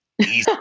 Easy